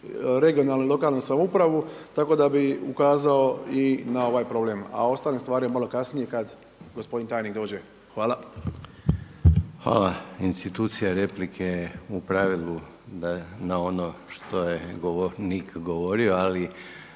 regionalnu i lokalnu samoupravu tako da bih ukazao i na ovaj problem. A o ostalim stvarima malo kasnije kad gospodin tajnik dođe. Hvala. **Reiner, Željko (HDZ)** Hvala. Institucija replike je u pravilu da na ono što je govornik govorio, ali